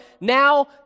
now